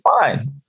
fine